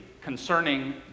concerning